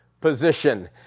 position